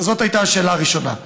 זו הייתה השאלה הראשונה.